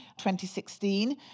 2016